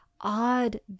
odd